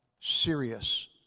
serious